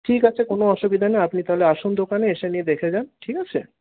ঠিক আছে কোনও অসুবিধা নেই আপনি তাহলে আসুন দোকানে এসে নিয়ে যান দেখে যান ঠিক আছে